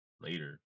later